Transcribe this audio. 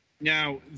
now